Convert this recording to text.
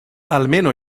almeno